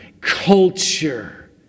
culture